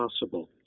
possible